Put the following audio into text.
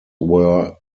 were